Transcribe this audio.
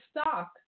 stock